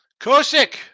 Kosick